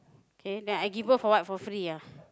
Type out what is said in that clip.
okay then I give birth for what for free ah